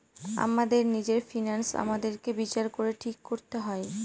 আমাদের নিজের ফিন্যান্স আমাদেরকে বিচার করে ঠিক করতে হয়